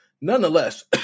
nonetheless